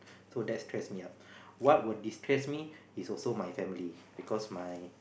so that stress me up what would destress me is also my family because my